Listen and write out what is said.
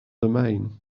domain